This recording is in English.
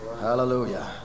Hallelujah